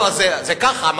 זה ככה,